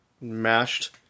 mashed